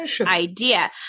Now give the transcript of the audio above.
idea